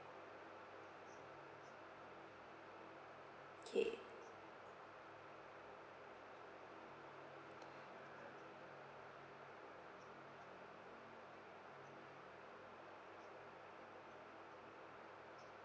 okay